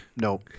no